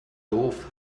doof